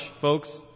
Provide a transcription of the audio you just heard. folks